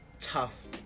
tough